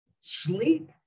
sleep